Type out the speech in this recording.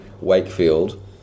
Wakefield